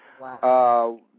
Wow